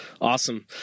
Awesome